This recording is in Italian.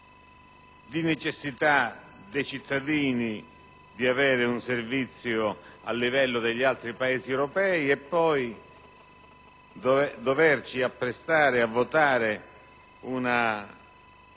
di necessità dei cittadini di avere un servizio a livello degli altri Paesi europei: dobbiamo invece apprestarci a votare una